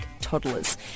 toddlers